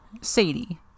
Sadie